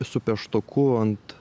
su pieštuku ant